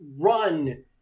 run